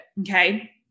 Okay